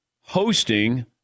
hosting